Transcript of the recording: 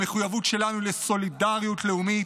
המחויבות שלנו היא לסולידריות לאומית,